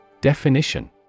Definition